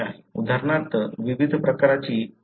उदाहरणार्थ आपण विविध प्रकारचीचा भरणा वापरू शकतो